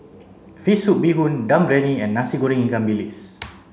fish soup bee hoon dum briyani and nasi goreng ikan bilis